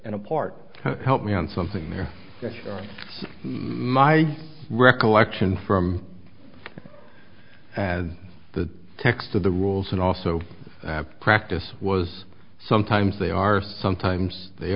and apart help me on something there my recollection from as the text of the rules and also practice was sometimes they are sometimes they